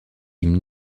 ihm